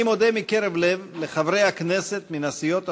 אני מודה מקרב לב לחברי הכנסת מן הסיעות השונות,